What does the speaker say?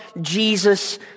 Jesus